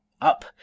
Up